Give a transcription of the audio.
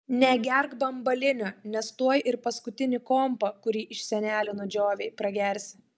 negerk bambalinio nes tuoj ir paskutinį kompą kurį iš senelių nudžiovei pragersi